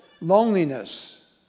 loneliness